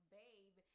babe